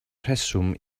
rheswm